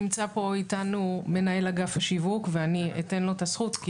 נמצא פה איתנו מנהל אגף השיווק ואני אתן לו את הזכות.